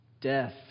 Death